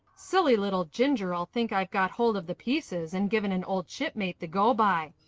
silly little ginger'll think i've got hold of the pieces and given an old shipmate the go by.